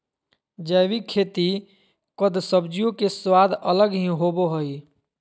जैविक खेती कद सब्जियों के स्वाद अलग ही होबो हइ